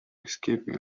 escaping